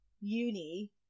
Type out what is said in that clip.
uni